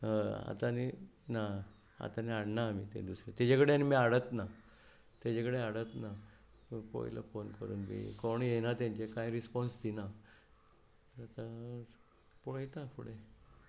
हय आतां न्ही ना आतां आनी हाडना आमी ते दुसरे तेजे कडेन आमी हाडत ना तेजे कडे हाडत ना सो पोयलो फोन कोरून बी कोणूय येयना तेंचे कांय रिसपॉन्स दिना तेका पळयता फुडें